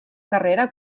carrera